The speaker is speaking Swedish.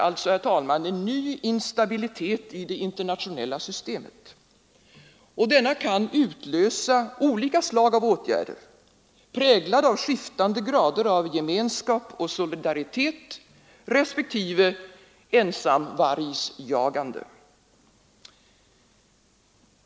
Den nya instabiliteten i det internationella systemet kan utlösa olika slag av åtgärder, präglade av skiftande grader av gemenskap och solidaritet, respektive ensamvargsjagande.